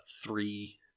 three